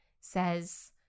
says